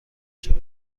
شود